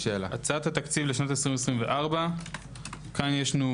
הצעת התקציב לשנת 2024. כאן יש לנו